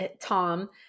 Tom